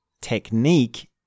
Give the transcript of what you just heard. technique